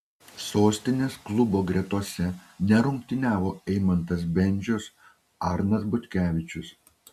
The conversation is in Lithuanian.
sostinės klubo gretose nerungtyniavo eimantas bendžius arnas butkevičius